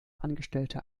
angestellter